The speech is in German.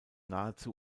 nahezu